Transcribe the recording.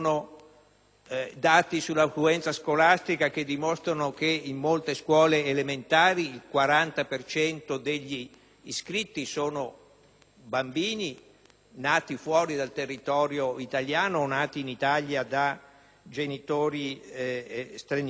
dati sull'affluenza scolastica che dimostrano che, in molte scuole elementari, il 40 per cento degli iscritti sono bambini nati fuori dal territorio italiano o nati in Italia da genitori stranieri.